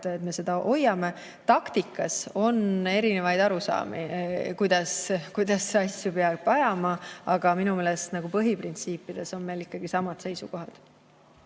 et me seda hoiame. Taktika valdkonnas on erinevaid arusaamu, kuidas asju peab ajama, aga minu meelest põhiprintsiipides on meil ikkagi samad seisukohad.